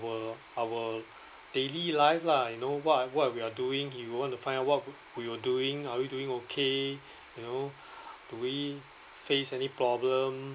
our our daily life lah you know what what we are doing he will want to find out what we were doing are we doing okay you know do we face any problem